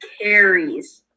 carries